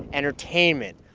entertainment,